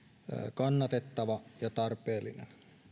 kannatettava ja tarpeellinen